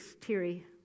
Terry